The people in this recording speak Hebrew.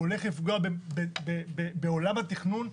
הוא הולך לפגוע בעולם התכנון.